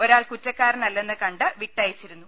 ഒരാൾ കുറ്റക്കാ രനല്ലെന്ന് കണ്ട് വിട്ടയച്ചിരുന്നു